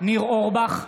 ניר אורבך,